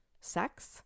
sex